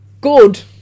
Good